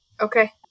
Okay